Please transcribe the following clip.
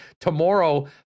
tomorrow